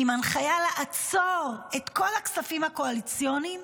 עם הנחיה לעצור כל הכספים הקואליציוניים,